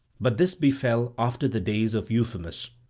but this befell after the days of euphemus.